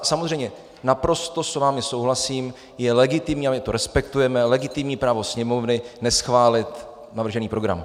Samozřejmě, naprosto s vámi souhlasím, je legitimní, a my to respektujeme, legitimní právo Sněmovny neschválit navržený program.